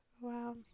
Wow